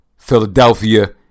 Philadelphia